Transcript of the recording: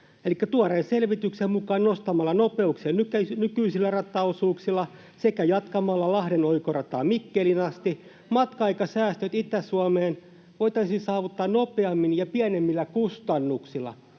tuoreen selvityksen mukaan nostamalla nopeuksia nykyisillä rataosuuksilla sekä jatkamalla Lahden oikorataa Mikkeliin asti matka-aikasäästöt Itä-Suomeen voitaisiin saavuttaa nopeammin ja pienemmillä kustannuksilla.